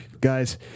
Guys